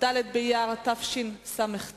כ"ד באייר התשס"ט,